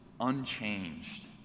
unchanged